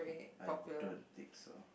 I don't think so